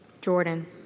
Jordan